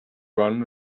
run